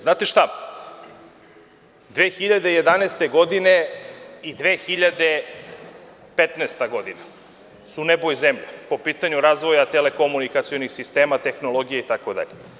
Znate šta, 2011. godina i 2015. godina su nebo i zemlja, po pitanju razvoja telekomunikacionih sistema, tehnologije itd.